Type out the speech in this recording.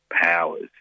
powers